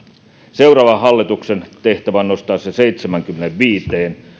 seuraavan hallituksen tehtävä on nostaa se seitsemäänkymmeneenviiteen